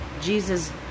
Jesus